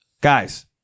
Guys